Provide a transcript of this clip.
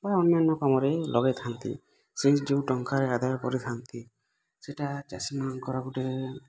ବା ଅନ୍ୟାନ୍ୟ କାମରେ ହିଁ ଲଗାଇ ଥାଆନ୍ତି ସେ ଯେଉଁ ଟଙ୍କା ଆଦାୟ କରିଥାଆନ୍ତି ସେଇଟା ଚାଷୀମାନଙ୍କର ଗୋଟେ